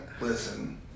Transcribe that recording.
listen